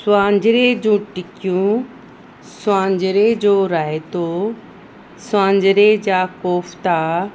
सुवांजिरे जूं टिकियूं सुवांजिरे जो रायतो सुवांजिरे जा कोफ़्ता